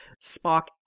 Spock